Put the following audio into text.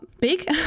big